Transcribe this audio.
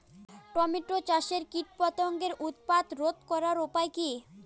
Tomato চাষে কীটপতঙ্গের উৎপাত রোধ করার উপায় কী?